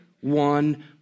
one